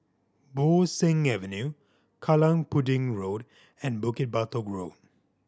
Bo Seng Avenue Kallang Pudding Road and Bukit Batok Road